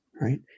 Right